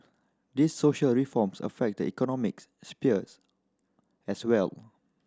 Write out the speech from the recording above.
these social reforms affect the economics spheres as well